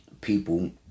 People